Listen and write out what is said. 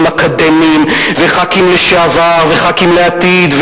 אקדמיים וחברי כנסת לשעבר וחברי כנסת לעתיד,